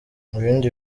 ibindi